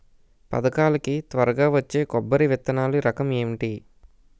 పథకాల కి త్వరగా వచ్చే కొబ్బరి విత్తనాలు రకం ఏంటి?